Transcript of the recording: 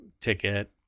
ticket